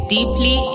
Deeply